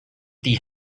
die